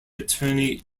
attorney